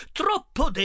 troppo